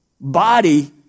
body